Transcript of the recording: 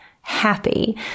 happy